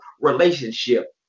relationship